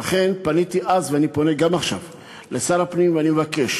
לכן פניתי אז ואני קורא גם עכשיו לשר הפנים ואני מבקש